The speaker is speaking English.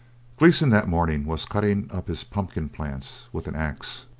gleeson that morning was cutting up his pumpkin plants with an axe.